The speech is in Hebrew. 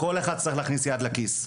כל אחד צריך להכניס יד לכיס.